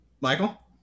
Michael